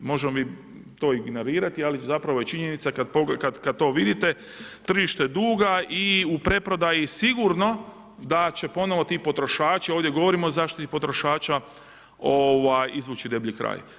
Možemo mi to ignorirati ali zapravo je činjenica kada to vidite tržište duga i u preprodaji sigurno da će ponovo ti potrošači, ovdje govorimo o zaštiti potrošača izvući deblji kraj.